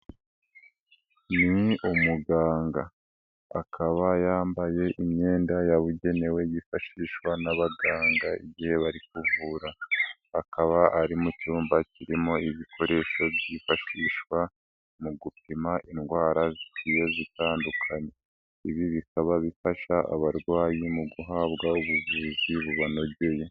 Ni umuganga akaba yambaye imyenda yabugenewe yifashishwa n'abaganga igihe bari kuvura, akaba ari mu cyumba kirimo ibikoresho byifashishwa mu gupima indwara zigiye zitandukanye. Ibi bikaba bifasha abarwayi mu guhabwa ubuvuzi bubanogeye.